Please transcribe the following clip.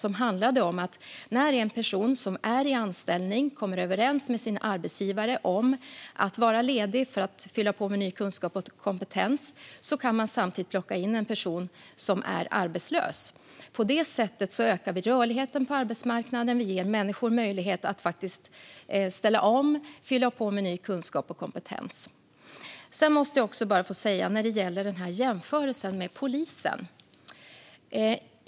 De handlade om att en person som var i anställning kunde komma överens med sin arbetsgivare om att vara ledig för att fylla på med ny kunskap och kompetens, och då kunde arbetsgivaren samtidigt ta in en person som var arbetslös. På det sättet ökar vi rörligheten på arbetsmarknaden, och vi ger människor möjlighet att ställa om och fylla på med ny kunskap och kompetens. Sedan måste jag få kommentera jämförelsen med polisen.